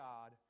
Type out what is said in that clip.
God